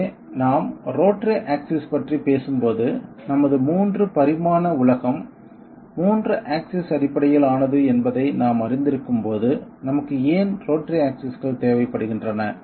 எனவே நாம் rotary axis பற்றி பேசும்போது நமது 3 பரிமாண உலகம் 3 ஆக்ஸிஸ் அடிப்படையில் ஆனது என்பதை நாம் அறிந்திருக்கும் போது நமக்கு ஏன் ரோட்டரி ஆக்சிஸ்கள் தேவைப்படுகின்றன